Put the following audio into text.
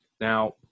Now-